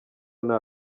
nta